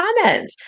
comment